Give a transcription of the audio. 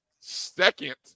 second